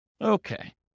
Okay